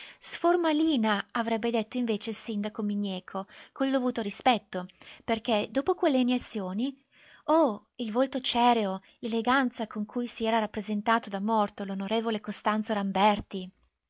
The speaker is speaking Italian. sformalina avrebbe detto invece il sindaco migneco col dovuto rispetto perché dopo quelle iniezioni oh il volto cereo l'eleganza con cui si era rappresentato da morto l'on costanzo ramberti